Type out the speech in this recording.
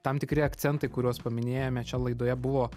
tam tikri akcentai kuriuos paminėjome čia laidoje buvo